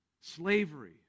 Slavery